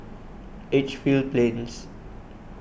Edgefield Plains